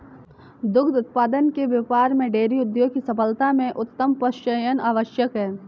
दुग्ध उत्पादन के व्यापार में डेयरी उद्योग की सफलता में उत्तम पशुचयन आवश्यक है